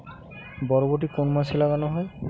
বরবটি কোন মাসে লাগানো হয়?